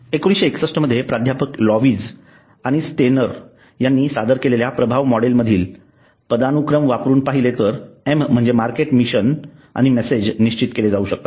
1961 मध्ये प्राध्यापक लॅविज आणि स्टेनर यांनी सादर केलेल्या प्रभाव मॉडेल मधील पदानुक्रम वापरून पहिले तीन एम म्हणजे मार्केट मिशन आणि मेसेज निश्चित केले जाऊ शकतात